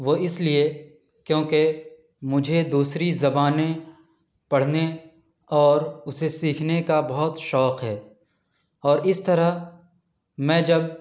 وہ اس لیے کیونکہ مجھے دوسری زبانیں پڑھنے اور اسے سیکھنے کا بہت شوق ہے اور اس طرح میں جب